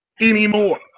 anymore